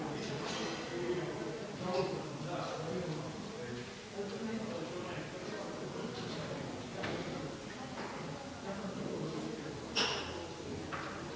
Hvala g.